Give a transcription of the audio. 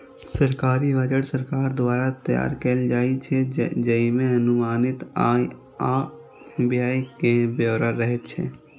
सरकारी बजट सरकार द्वारा तैयार कैल जाइ छै, जइमे अनुमानित आय आ व्यय के ब्यौरा रहै छै